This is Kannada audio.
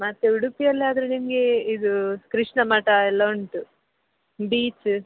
ಮತ್ತೆ ಉಡುಪಿಯಲ್ಲಾದರೆ ನಿಮಗೆ ಇದು ಕೃಷ್ಣ ಮಠ ಎಲ್ಲ ಉಂಟು ಬೀಚ